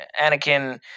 Anakin